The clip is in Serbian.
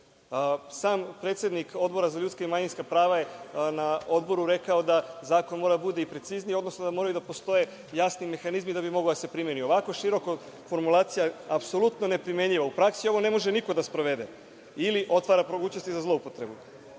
Sam predsednik Odbora za ljudska i manjinska prava je na Odboru rekao da zakon mora da bude i precizniji, odnosno da moraju da postoje jasniji mehanizmi da bi mogao da se primeni. Ovako široka formulacija je apsolutno ne primenjiva, u praksi ovo ne može niko da sprovede ili otvara mogućnosti za zloupotrebu.O